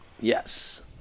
Yes